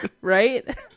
Right